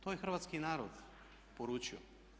To je hrvatski narod poručio.